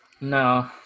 no